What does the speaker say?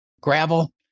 gravel